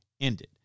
ended